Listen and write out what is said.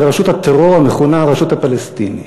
לרשות הטרור המכונה הרשות הפלסטינית.